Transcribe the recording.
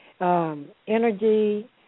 Energy